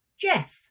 Jeff